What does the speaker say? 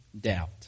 doubt